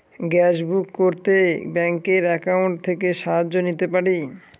Gas book করতে ব্যাংকের account থেকে সাহায্য নিতে পারি?